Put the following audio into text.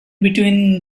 between